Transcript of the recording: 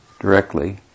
directly